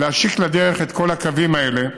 אפשר יהיה להשיק את כל הקווים האלה,